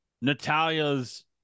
Natalia's